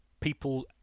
people